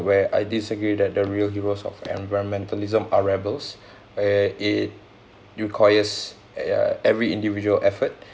where I disagree that the real heroes of environmentalism are rebels where it requires eh ya every individual effort